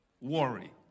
worry